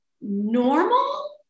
normal